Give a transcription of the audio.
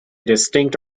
distinct